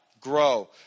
Grow